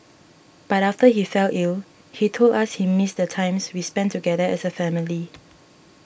but after he fell ill he told us he missed the times we spent together as a family